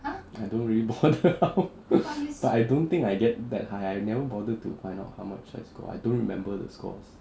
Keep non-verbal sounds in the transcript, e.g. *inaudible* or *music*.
I don't really bother how *laughs* but I don't think I get that high I never bother to find out how much I score I don't remember the scores